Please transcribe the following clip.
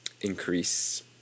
Increase